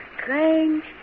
strange